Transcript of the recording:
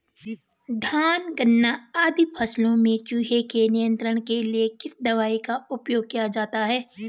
धान गन्ना आदि फसलों में चूहों के नियंत्रण के लिए किस दवाई का उपयोग किया जाता है?